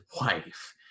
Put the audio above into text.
wife